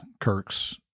Kirk's